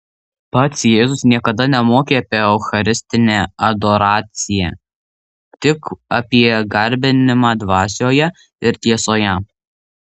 pats jėzus niekada nemokė apie eucharistinę adoraciją tik apie garbinimą dvasioje ir tiesoje